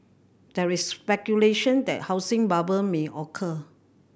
there is speculation that housing bubble may occur